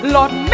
Lord